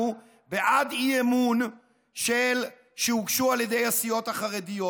בעד אי-אמון שהוגשו על ידי הסיעות החרדיות.